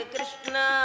Krishna